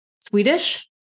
Swedish